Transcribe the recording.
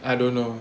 I don't know